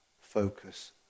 focus